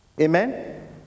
Amen